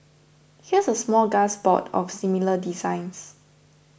here's a smorgasbord of similar designs